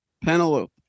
Penelope